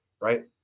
right